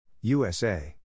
USA